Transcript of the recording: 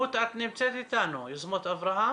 רות, מיוזמות אברהם.